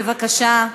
בבקשה.